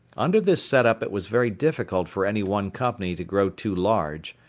under this setup it was very difficult for any one company to grow too large,